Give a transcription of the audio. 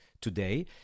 today